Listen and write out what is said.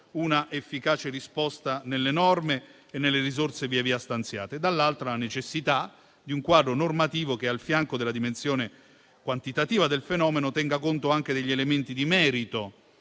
una efficace risposta nelle norme e nelle risorse via via stanziate, dall'altra la necessità di un quadro normativo che, al fianco della dimensione quantitativa del fenomeno, tenga conto anche degli elementi di merito